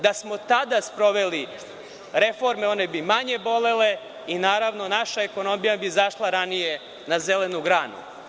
Da smo tada sproveli reforme, one bi manje bolele i naravno, naša ekonomija bi izašla ranije na zelenu granu.